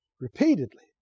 repeatedly